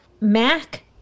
Mac